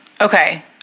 Okay